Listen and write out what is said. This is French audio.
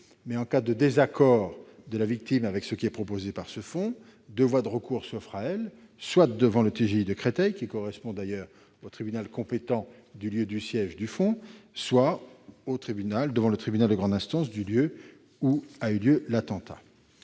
; en cas de désaccord de la victime avec ce qui est proposé, deux voies de recours s'offrent à elle : soit devant le TGI de Créteil, qui correspond au tribunal compétent du lieu du siège du fonds, soit devant le tribunal de grande instance du lieu de l'attentat.